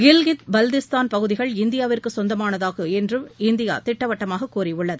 கில்கித் பல்திஸ்தான் பகுதிகள் இந்தியாவிற்கு சொந்தமாகும் என்று இந்தியா திட்டவட்டமாக கூறியுள்ளது